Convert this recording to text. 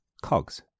Cogs